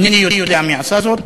אינני יודע מי עשה זאת,